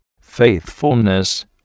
faithfulness